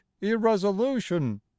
irresolution